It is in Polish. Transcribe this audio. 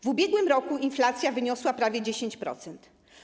W ubiegłym roku inflacja wyniosła prawie 10%.